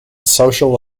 social